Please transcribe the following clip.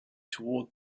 toward